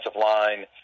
line